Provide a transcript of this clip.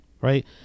right